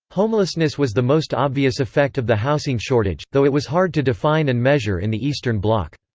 homelessness was the most obvious effect of the housing shortage, though it was hard to define and measure in the eastern bloc.